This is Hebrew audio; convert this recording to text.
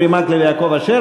אורי מקלב ויעקב אשר,